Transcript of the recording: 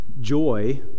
joy